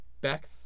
Beth